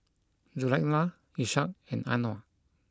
Zulaikha Ishak and Anuar